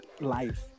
life